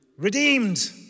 redeemed